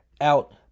out